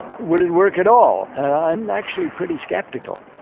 would it work at all? and i'm actually pretty skeptical.